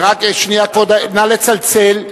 נא לצלצל.